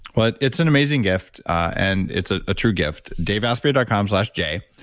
but it's an amazing gift and it's a true gift, daveasprey dot com slash jay.